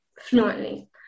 Fluently